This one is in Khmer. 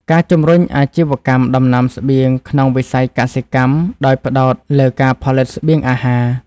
ការជំរុញអាជីវកម្មដំណាំស្បៀងក្នុងវិស័យកសិកម្ម ដោយផ្តោតលើការផលិតស្បៀងអាហារ។